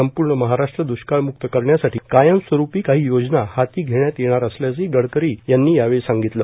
संपूर्ण महाराष्ट्र दुष्काळमुक्त करण्यासाठी कायमस्वरूपी काही योजना हाती घेण्यात येणार असल्याचंही गडकरी यावेळी म्हणाले